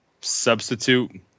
substitute